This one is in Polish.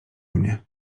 mnie